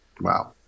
Wow